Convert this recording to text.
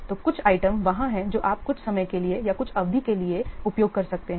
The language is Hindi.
तो कुछ आइटम वहाँ हैं जो आप कुछ समय के लिए या कुछ अवधि के लिए उपयोग कर सकते हैं